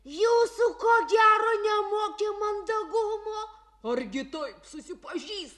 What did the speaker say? jūsų ko gero nemokė mandagumo argi taip susipažįstama